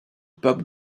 pop